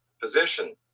position